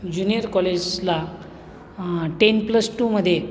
junior कॉलेजला ten plus टूमध्ये